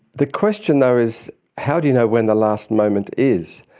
the question though is how do you know when the last moment is,